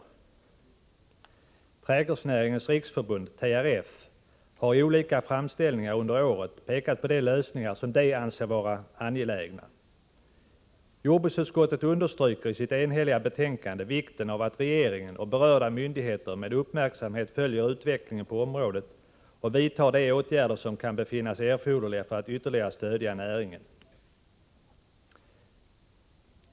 I olika framställningar under året har man från Trädgårdsnäringens riksförbund, TRF, pekat på de lösningar som man anser vara angelägna. Jordbruksutskottet understryker i sitt enhälliga betänkande vikten av ”att regeringen och berörda myndigheter med uppmärksamhet följer utvecklingen på området och vidtar de åtgärder som kan befinnas erforderliga för att ytterligare stödja näringen”.